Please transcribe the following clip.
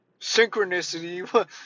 synchronicity